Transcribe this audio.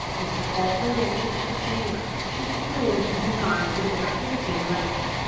mr. falkland entered the chamber. she flew into his arms with the rapidity of lightning.